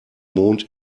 mond